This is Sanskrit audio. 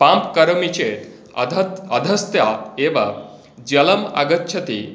पम्प् करोमि चेत् अध अधस्तः एव जलम् आगच्छति